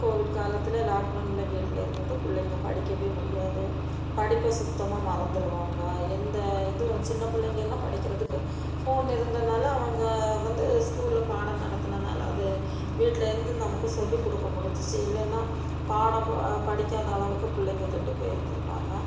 Covid காலத்தில் லாக்டவுன்ல வீட்டில இருந்துட்டு பிள்ளைங்க படிக்கவே முடியாது படிப்பை சுத்தமாக மறந்துடுவாங்க எந்த இதுவும் சின்னப்பிள்ளைங்களாம் படிக்கிறதுக்கு ஃபோன் இருந்தனால் அவங்க வந்து ஸ்கூல்ல பாடம் நடத்தினனால அது வீட்டிலேருந்து நமக்கு சொல்லிக்கொடுக்க முடிஞ்சிச்சு இல்லைன்னா பாடம் ப படிக்காத அளவுக்கு பிள்ளைங்க கெட்டுப் போயிருந்துருப்பாங்கள்